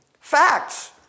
Facts